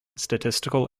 statistical